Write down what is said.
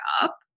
up